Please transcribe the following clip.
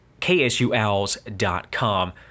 KSUOwls.com